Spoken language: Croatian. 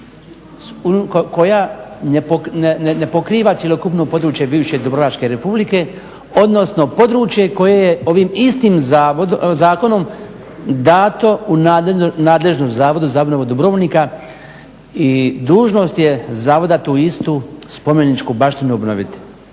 koja ne pokriva cjelokupno područje bivše Dubrovačke Republike, odnosno područje koje je ovim istim zakonom dato u nadležnost Zavodu za obnovu Dubrovnika i dužnost je Zavoda tu istu spomeničku baštinu obnoviti.